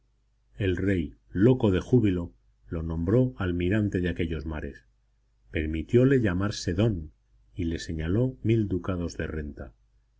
el rey loco de júbilo lo nombró almirante de aquellos mares permitióle llamarse don y le señaló mil ducados de renta